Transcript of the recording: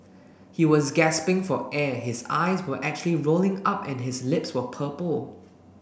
he was gasping for air his eyes were actually rolling up and his lips were purple